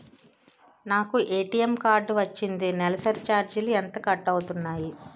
నాకు ATM card వచ్చింది నెలసరి ఛార్జీలు ఎంత కట్ అవ్తున్నాయి?